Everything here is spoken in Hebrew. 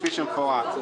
כפי שמפורט.